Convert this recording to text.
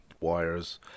wires